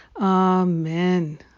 Amen